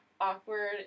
awkward